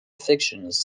fictions